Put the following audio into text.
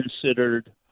considered